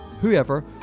whoever